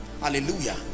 Hallelujah